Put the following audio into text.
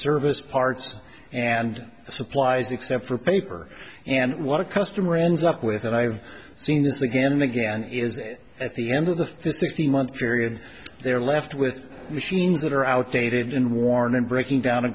service parts and supplies except for paper and what a customer ends up with and i have seen this again and again it is at the end of the fifteen month period they are left with machines that are outdated and worn and breaking down a